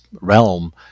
realm